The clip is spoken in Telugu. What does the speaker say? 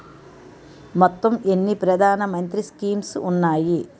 మొత్తం ఎన్ని ప్రధాన మంత్రి స్కీమ్స్ ఉన్నాయి?